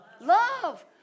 Love